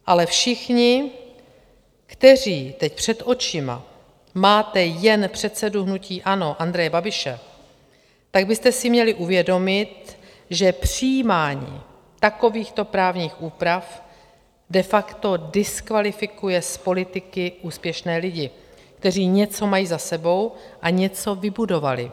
Ale všichni, kteří teď před očima máte jen předsedu hnutí ANO Andreje Babiše, tak byste si měli uvědomit, že přijímání takovýchto právních úprav de facto diskvalifikuje z politiky úspěšné lidi, kteří něco mají za sebou a něco vybudovali.